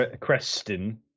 Creston